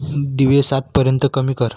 दिवे सातपर्यंत कमी कर